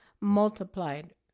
multiplied